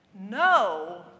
No